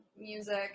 music